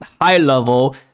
high-level